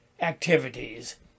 activities